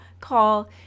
call